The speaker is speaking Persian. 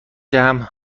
دهم